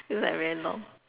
feels like very long